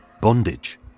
bondage